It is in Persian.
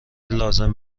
لازم